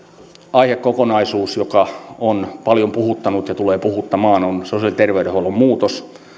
aihekokonaisuus joka on paljon puhuttanut ja tulee puhuttamaan on sosiaali ja terveydenhuollon muutos